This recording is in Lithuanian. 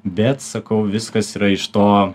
bet sakau viskas yra iš to